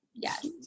Yes